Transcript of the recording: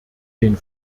den